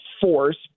force